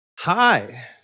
Hi